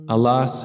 Allah